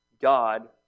God